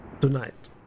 tonight